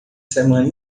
semana